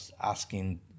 asking